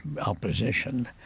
opposition